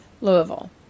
Louisville